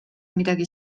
midagi